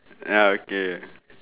ya okay